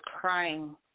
crying